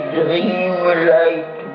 dream-like